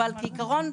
אבל כעיקרון,